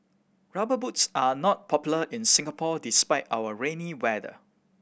Rubber Boots are not popular in Singapore despite our rainy weather